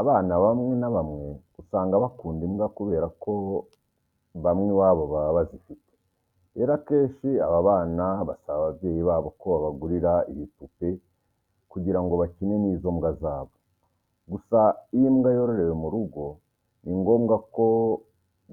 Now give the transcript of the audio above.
Abana bamwe na bamwe usanga bakunda imbwa kubera ko bamwe iwabo baba bazifite. Rero akenshi aba bana basaba ababyeyi babo ko babagurira ibipupe kugira ngo bakine n'izo mbwa zabo. Gusa iyo imbwa yororewe mu rugo ni ngombwa ko